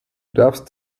darfst